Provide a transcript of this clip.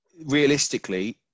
realistically